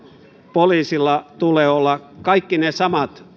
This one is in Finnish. poliisilla tulee olla kaikki ne samat